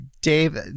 Dave